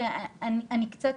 שאני קצת,